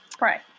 Right